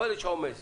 אבל יש עומס.